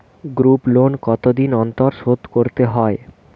Group loan কতদিন অন্তর শোধকরতে হয়?